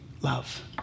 love